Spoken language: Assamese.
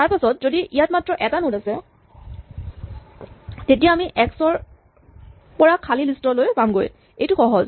তাৰপাছত যদি ইয়াত মাত্ৰ এটা নড আছে তেতিয়া আমি এক্স ৰ পৰা খালী লিষ্ট পামগৈ এইটো সহজ